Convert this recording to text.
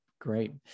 great